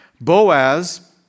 Boaz